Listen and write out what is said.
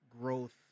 growth